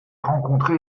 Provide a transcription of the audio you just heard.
rencontré